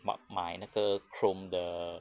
my my 那个 chrome 的